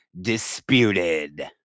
disputed